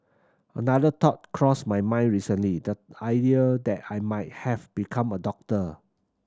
another thought crossed my mind recently that idea that I might have become a doctor